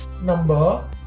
number